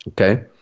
Okay